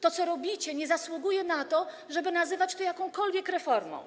To, co robicie, nie zasługuje na to, żeby nazywać to jakąkolwiek reformą.